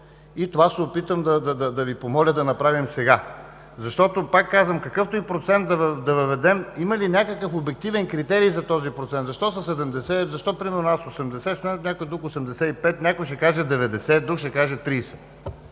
И това ще се опитам да Ви помоля да направим сега. Защото, пак казвам, какъвто и процент да въведем – има ли някакъв обективен критерий за този процент? Защо са 70, защо примерно аз имам 80, при някой друг – 85, а някой ще каже – 90, а друг ще каже –